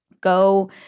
Go